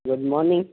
good morning